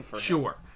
Sure